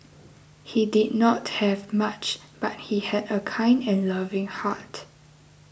he did not have much but he had a kind and loving heart